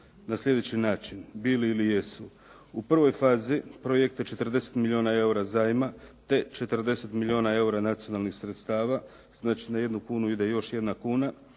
na sljedeći način, bili ili jesu. U prvoj fazi projekta 40 milijuna eura zajma te 40 milijuna eura nacionalnih sredstava, znači na 1 kunu ide još 1 kuna